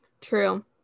True